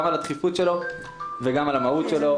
גם על הדחיפות שלו וגם על המהות שלו.